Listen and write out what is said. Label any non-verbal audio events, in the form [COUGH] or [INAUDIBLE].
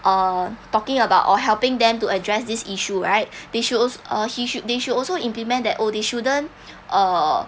uh talking about or helping them to address this issue right [BREATH] they should als~ uh he should they should also implement that or they shouldn't [BREATH] err